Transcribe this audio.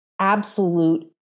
absolute